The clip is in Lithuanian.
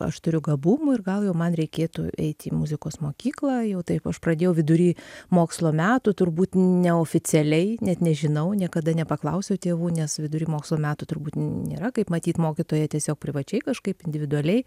aš turiu gabumų ir gal jau man reikėtų eit į muzikos mokyklą jau taip aš pradėjau vidury mokslo metų turbūt neoficialiai net nežinau niekada nepaklausiau tėvų nes vidury mokslo metų turbūt nėra kaip matyt mokytoja tiesiog privačiai kažkaip individualiai